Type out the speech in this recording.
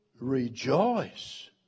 rejoice